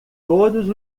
todos